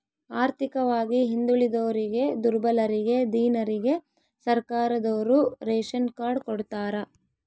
ಆರ್ಥಿಕವಾಗಿ ಹಿಂದುಳಿದೋರಿಗೆ ದುರ್ಬಲರಿಗೆ ದೀನರಿಗೆ ಸರ್ಕಾರದೋರು ರೇಶನ್ ಕಾರ್ಡ್ ಕೊಡ್ತಾರ